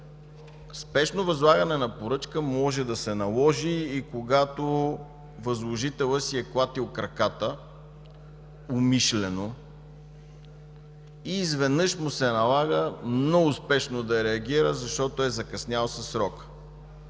Спешно възлагане на поръчка може да се наложи и когато възложителят си е клатил краката умишлено и изведнъж му се налага много спешно да реагира, защото е закъснял със срока.